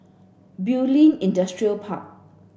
Bulim Industrial Park